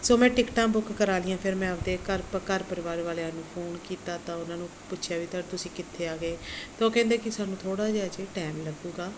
ਸੋ ਮੈਂ ਟਿਕਟਾਂ ਬੁੱਕ ਕਰਾ ਲਈਆਂ ਫਿਰ ਮੈਂ ਆਪਦੇ ਘਰ ਪ ਘਰ ਪਰਿਵਾਰ ਵਾਲਿਆਂ ਨੂੰ ਫੋਨ ਕੀਤਾ ਤਾਂ ਉਹਨਾਂ ਨੂੰ ਪੁੱਛਿਆ ਵੀ ਤਾਂ ਤੁਸੀਂ ਕਿੱਥੇ ਆ ਗਏ ਤਾਂ ਉਹ ਕਹਿੰਦੇ ਕਿ ਸਾਨੂੰ ਥੋੜ੍ਹਾ ਜਿਹਾ ਹਾਲੇ ਟੈਮ ਲੱਗੂਗਾ